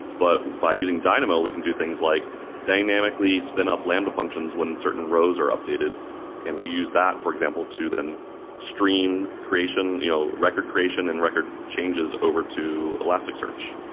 but by using dynamo, we can do things like dynamically spin up lambda functions when certain rows are updated and we use that, for example, to then stream creation, you know record creation and record changes over to elasticsearch.